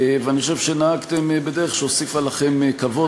אני חושב שנהגתם בדרך שהוסיפה לכם כבוד,